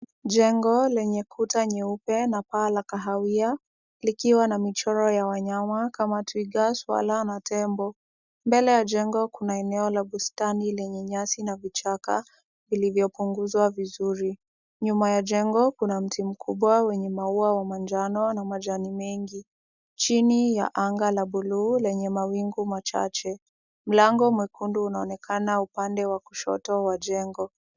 Jengo lenye kuta nyeupe na paa la kahawia likiwa na michoro ya wanyama kama twiga, swara na tembo. Mbele ya jengo kuna eneo la bustani lenye nyasi na vichaka vilivyopunguzwa vizuri. Nyuma ya jengo kuna mti mkubwa wenye maua wa majano na majani mengi, chini ya anga la buluu lenye mawingu machache. Mlango mwekundu unaonekana upande wa kushoto wa jengo.